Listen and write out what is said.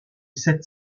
sept